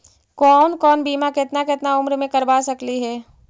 कौन कौन बिमा केतना केतना उम्र मे करबा सकली हे?